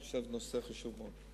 אני חושב שזה נושא חשוב מאוד.